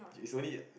its only